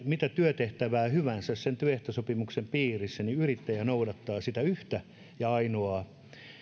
mitä työtehtävää hyvänsä sen työehtosopimuksen piirissä yrittäjä noudattaa sitä yhtä ja ainoaa